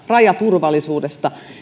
rajaturvallisuudesta